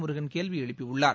முருகன் கேள்வி எழுப்பி உள்ளார்